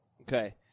Okay